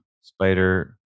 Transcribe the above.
Spider